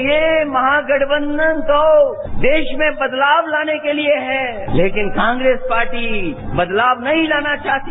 ये महागठबंधन तो देश में बदलाव लाने के लिए है लेकिन कांग्रेस पार्टी बदलाव नहीं लाना चाहती